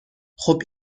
خوب